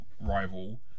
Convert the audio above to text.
rival